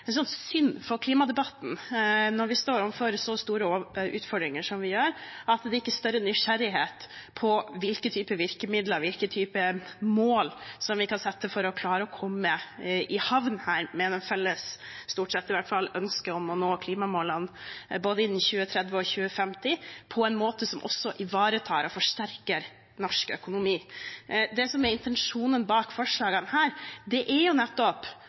synd for klimadebatten, når vi står overfor så store utfordringer som vi gjør, at det ikke er større nysgjerrighet når det gjelder hvilke typer virkemidler, hvilke typer mål vi kan sette for å klare å komme i havn her med det felles – stort sett, i hvert fall – ønsket om å nå klimamålene innen både 2030 og 2050 på en måte som også ivaretar og forsterker norsk økonomi. Det som er intensjonen bak forslagene her, er nettopp